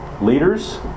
leaders